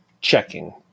checking